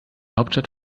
hauptstadt